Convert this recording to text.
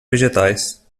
vegetais